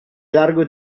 largo